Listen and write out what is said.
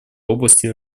области